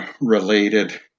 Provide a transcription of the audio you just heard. related